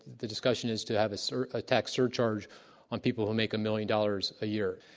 the discussion is to have a sort of a tax surcharge on people who make a million dollars a year.